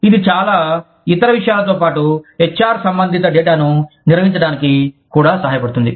ఇది చాలా ఇతర విషయాలతో పాటు HR సంబంధిత డేటాను నిర్వహించడానికి కూడా సహాయపడుతుంది